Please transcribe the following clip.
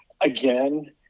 again